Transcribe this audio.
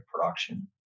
production